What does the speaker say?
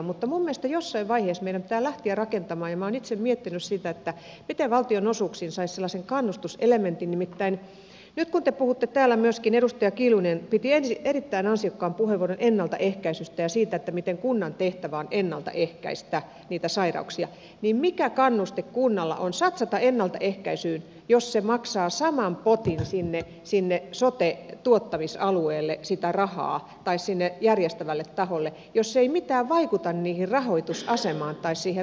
mutta minun mielestäni jossain vaiheessa meidän pitää lähteä rakentamaan kannustuselementtiä ja minä olen itse miettinyt sitä miten valtionosuuksiin sellaisen saisi nimittäin nyt kun te puhutte täällä myöskin edustaja kiljunen piti erittäin ansiokkaan puheenvuoron ennaltaehkäisystä ja siitä miten kunnan tehtävä on ennalta ehkäistä niitä sairauksia niin mikä kannuste kunnalla on satsata ennaltaehkäisyyn jos se maksaa saman potin sitä rahaa sinne sote tuottamisalueelle tai sinne järjestävälle taholle ja jos se ei mitään vaikuta siihen rahoitusasemaan tai rahoitukseen